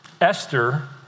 Esther